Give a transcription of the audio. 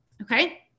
Okay